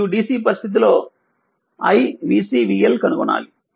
మరియు DC పరిస్థితిలో i vC vL కనుగొనాలి